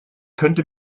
könnte